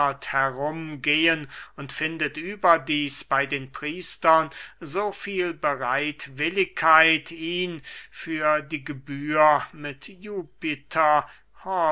herumgehen und findet überdieß bey den priestern so viel bereitwilligkeit ihn für die gebühr mit jupiter